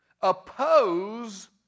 oppose